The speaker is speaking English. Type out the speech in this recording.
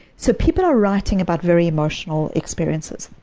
so, people are writing about very emotional experiences.